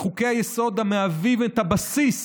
מחוקי-היסוד המהווים את הבסיס